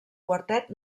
quartet